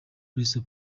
crystal